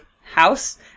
house